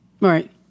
Right